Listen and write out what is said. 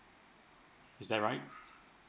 is that right